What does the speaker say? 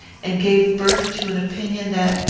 and gave birth to an opinion that,